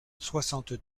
soixante